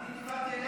אני דיברתי אליך?